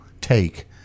take